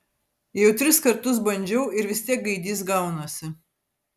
jau tris kartus bandžiau ir vis tiek gaidys gaunasi